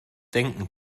denken